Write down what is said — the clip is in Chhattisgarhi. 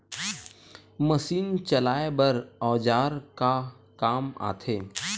मशीन चलाए बर औजार का काम आथे?